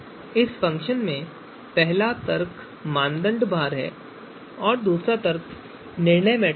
इस फ़ंक्शन में पहला तर्क मानदंड भार है दूसरा तर्क वह मान है जो निर्णय मैट्रिक्स है